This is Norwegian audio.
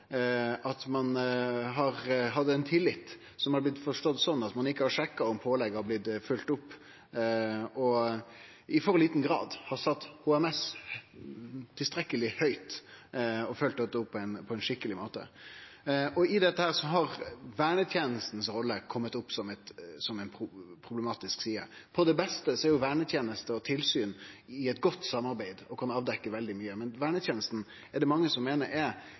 på ein annan måte: at ein ikkje har hatt tilstrekkeleg armlengdes avstand til operatørane. Ein har hatt ein tillit som har blitt forstått sånn at ein ikkje har sjekka om pålegga er blitt følgde opp, og ein har i for liten grad sett HMS tilstrekkeleg høgt og følgt dette opp på ein skikkeleg måte. I dette har rolla til vernetenesta kome opp som ei problematisk side. På sitt beste har vernetenesta og tilsynet eit godt samarbeid og kan avdekkje veldig mykje, men mange meiner vernetenesta er